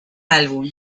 álbum